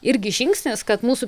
irgi žingsnis kad mūsų